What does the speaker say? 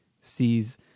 sees